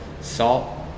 salt